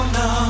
no